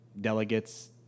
delegates